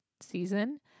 season